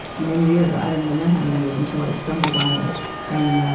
many years. i don't even know how many years until i stumbled on it in,